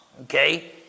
Okay